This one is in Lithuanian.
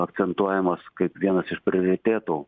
akcentuojamas kaip vienas iš prioritetų